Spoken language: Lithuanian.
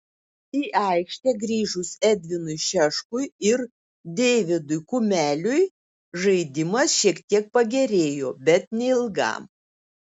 į aikštę grįžus edvinui šeškui ir deividui kumeliui žaidimas šiek tiek pagerėjo bet neilgam